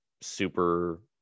super